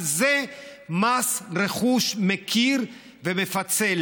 על זה מס רכוש מכיר ומפצה.